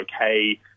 okay